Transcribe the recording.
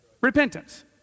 Repentance